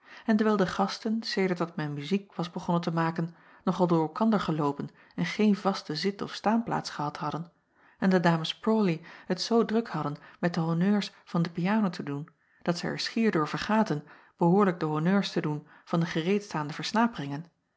en dewijl de gasten sedert dat men muziek was begonnen te maken nog al door elkander geloopen en geen vaste zit of staanplaats gehad hadden en de ames rawley het zoo druk hadden met de honneurs van de piano te doen dat zij er schier door vergaten behoorlijk de honneurs te doen van de gereedstaande versnaperingen